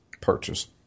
purchase